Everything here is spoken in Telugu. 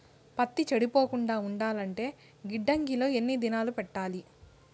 పత్తి చెడిపోకుండా ఉండాలంటే గిడ్డంగి లో ఎన్ని దినాలు పెట్టాలి?